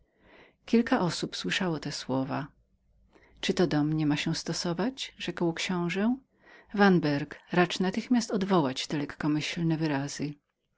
kilka osób słyszało te słowa czy to do mnie ma się stosować rzekł książe vanberg raczksiąże vanberg racz natychmiast odwołać twoje lekkomyślne wyrazy